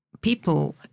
people